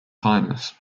highness